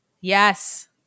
yes